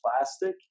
plastic